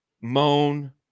moan